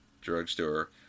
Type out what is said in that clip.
drugstore